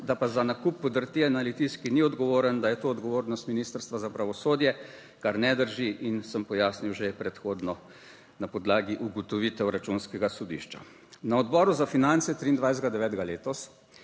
da pa za nakup podrtije na Litijski ni odgovoren, da je to odgovornost Ministrstva za pravosodje kar ne drži in sem pojasnil že predhodno na podlagi ugotovitev Računskega sodišča. **3. TRAK